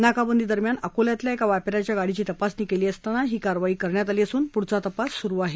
नाकाबंदी दरम्यान अकोल्यातील एका व्यापान्याच्या गाडीची तपासणी केली असता ही कारवाई करण्यात आली असून पुढचा तपास सुरु आहे